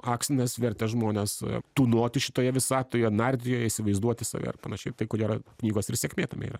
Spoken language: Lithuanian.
akstinas vertęs žmones tūnoti šitoje visatoje nardyti joje įsivaizduoti save ir panašiai tai ko gero knygos ir sėkmė tame yra